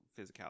physicality